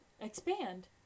Expand